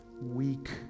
weak